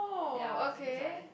ya just like